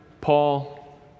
Paul